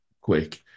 quick